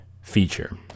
feature